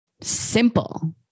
simple